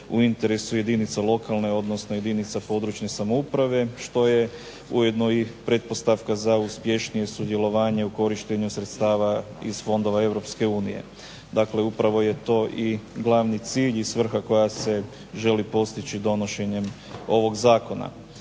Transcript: u interesu jedinica lokalne, odnosno jedinica područne samouprave što je ujedno i pretpostavka za uspješnije sudjelovanje u korištenju sredstava iz fondova Europske unije. Dakle upravo je to i glavni cilj i svrha koja se želi postići donošenjem ovog zakona.